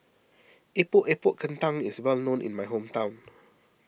Epok Epok Kentang is well known in my hometown